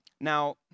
Now